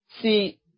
see